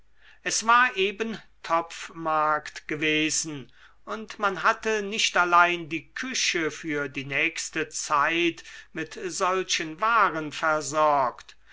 es war eben topfmarkt gewesen und man hatte nicht allein die küche für die nächste zeit mit solchen waren versorgt